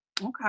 Okay